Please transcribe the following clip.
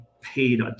paid